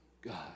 God